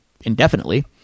indefinitely